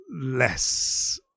less